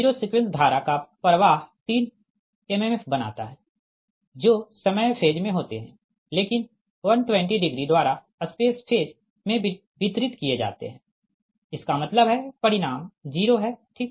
zero sequence धारा का प्रवाह तीन एमएमएफ बनाता है जो समय फेज में होते है लेकिन 120 डिग्री द्वारा स्पेस फेज में वितरित किए जाते है इसका मतलब है परिणाम जीरो है ठीक